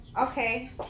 Okay